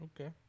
Okay